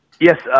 Yes